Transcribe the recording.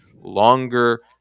longer